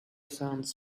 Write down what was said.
sands